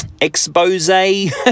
expose